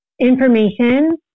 information